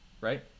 Right